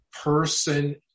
person